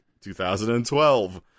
2012